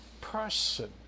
person